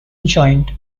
joined